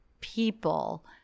people